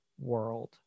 World